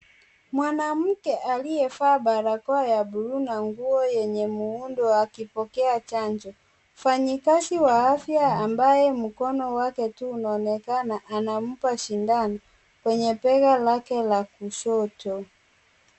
Mwanamke aliyevaa barakoa ya bluu na nguo yenye muundo akipokea chanjo. Mfanyakazi wa afya ambaye mkono wake tu unaonekana anampa shindani, kwenye bega lake la kushoto.